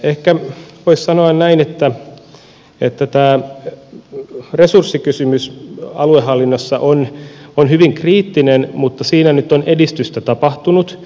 ehkä voisi sanoa näin että tämä resurssikysymys aluehallinnossa on hyvin kriittinen mutta siinä nyt on edistystä tapahtunut